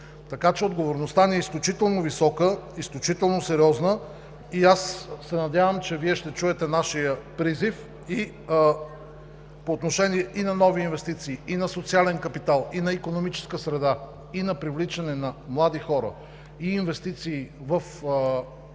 Така че отговорността ни е изключително висока, изключително сериозна и аз се надявам, че Вие ще чуете нашия призив по отношение и на нови инвестиции, на социален капитал, на икономическа среда, на привличане на млади хора и инвестиции в цялостна